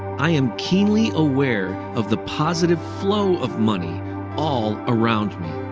i am keenly aware of the positive flow of money all around me.